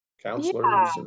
counselors